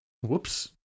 whoops